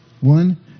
One